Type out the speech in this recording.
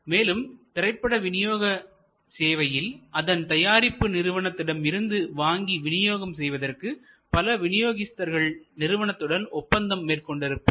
மேலும் திரைப்பட விநியோக சேவையில்அதன் தயாரிப்பு நிறுவனத்திடமிருந்து வாங்கி விநியோகம் செய்வதற்கு பல விநியோகிஸ்தர்கள் நிறுவனத்துடன் ஒப்பந்தம் மேற்கொண்டு இருப்பர்